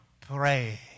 pray